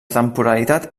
temporalitat